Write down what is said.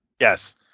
Yes